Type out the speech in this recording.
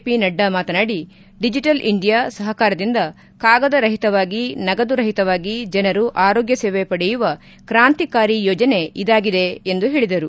P Nadda ಮಾತನಾಡಿ digital India ಸಹಕಾರದಿಂದ ಕಾಗದ ರಹಿತವಾಗಿ ನಗದು ರಹಿತವಾಗಿ ಜನರು ಆರೋಗ್ಯ ಸೇವೆ ಪಡೆಯುವ ಕಾಂತ್ರಿಕಾರಿ ಯೋಜನೆ ಇದಾಗಿದೆ ಎಂದು ಹೇಳಿದರು